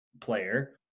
player